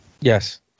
yes